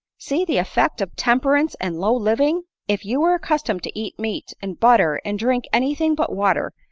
see the effect of temperance and low living! if you were accustomed to eat meat, and butter, and drink any thing but water,